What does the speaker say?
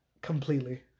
completely